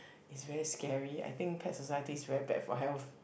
it's very scary I think Pet Society is very bad for health